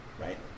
right